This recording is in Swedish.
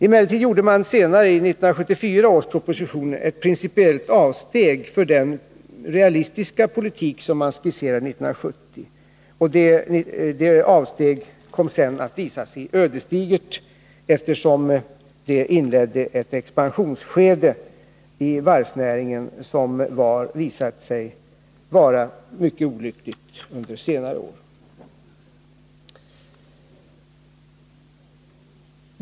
Emellertid gjorde man senare, i 1974 års proposition, ett principiellt avsteg från den realistiska politik som man skisserade 1970. Det avsteget kom sedan att visa sig ödesdigert, eftersom det inledde ett expansionsskede i varvsnä ringen som visade sig vara mycket olyckligt under senare år.